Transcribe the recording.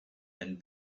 and